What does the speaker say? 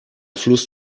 fluss